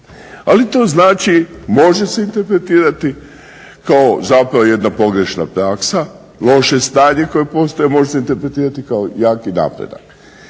Ali to znači može se interpretirati kao zapravo jedna pogrešna praksa, loše stanje koje postoji može se interpretirati kao jaki napredak.